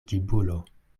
ĝibulo